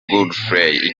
godfrey